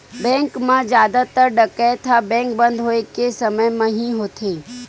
bank म जादातर डकैती ह बेंक बंद होए के समे म ही होथे